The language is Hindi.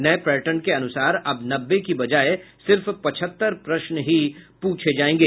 नये पैर्टन के अनुसार अब नब्बे की बजाय सिर्फ पचहत्तर प्रश्न ही पूछे जायेंगे